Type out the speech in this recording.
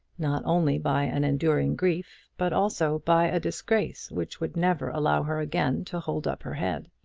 not only by an enduring grief, but also by a disgrace which would never allow her again to hold up her head.